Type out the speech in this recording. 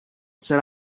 set